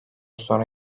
sonra